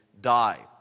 die